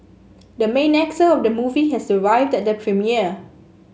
the main actor of the movie has arrived at the premiere